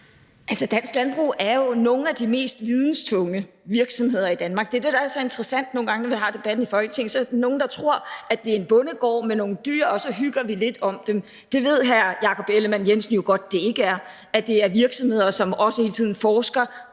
Altså, Dansk Landbrug omfatter jo nogle af de mest videnstunge virksomheder i Danmark. Det er det, der er så interessant, når vi nogle gange har debatten i Folketinget, for der er nogle, der tror, at det er en bondegård med nogle dyr, som man så hygger lidt om. Det ved hr. Jakob Ellemann-Jensen jo godt det ikke er, altså at det er virksomheder, som også hele tiden forsker,